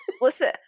Listen